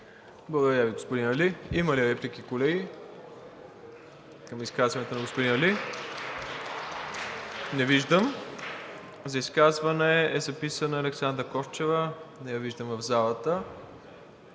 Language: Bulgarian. Благодаря, господин Али. Има ли реплики, колеги, към изказването на господин Али? Не виждам. За изказване е записана Александра Корчева – не я виждам в залата.